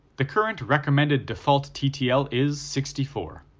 the current recommended default ttl is sixty four.